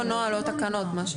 או נוהל או תקנות.